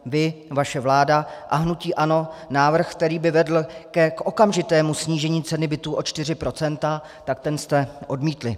Vy, vaše vláda a hnutí ANO návrh, který by vedl k okamžitému snížení ceny bytů o čtyři procenta, tak ten jste odmítli.